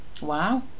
wow